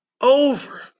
over